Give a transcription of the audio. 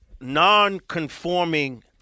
non-conforming